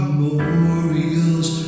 memorials